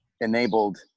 enabled